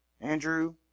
Andrew